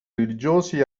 religiosi